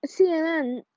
CNN